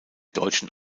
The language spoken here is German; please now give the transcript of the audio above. deutschen